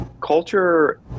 culture